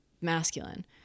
masculine